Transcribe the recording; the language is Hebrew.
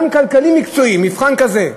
גם כלכלי מקצועי, מבחן כזה,